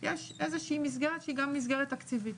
יש איזו שהיא מסגרת שהיא גם מסגרת תקציבית,